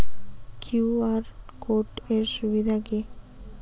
QR code এর সুবিধা কি?